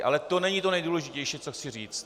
Ale to není to nejdůležitější, co chci říct.